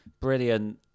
brilliant